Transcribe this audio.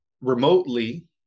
remotely